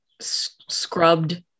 scrubbed